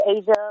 Asia